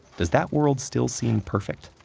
does that world still seem perfect?